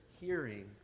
hearing